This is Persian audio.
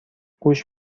گوش